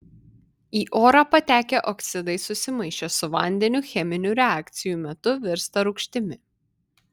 į orą patekę oksidai susimaišę su vandeniu cheminių reakcijų metu virsta rūgštimi